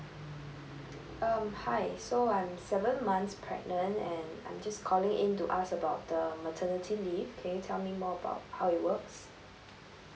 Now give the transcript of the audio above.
um hi so I'm seven months pregnant and I'm just calling in to ask about the maternity leave okay tell me more about how it works